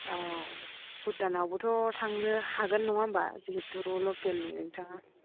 औ भुटान आवबोथ' थांनो हागोन नङा होमब्ला जिहेथु लकेलनि नोंथाङा